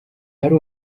ari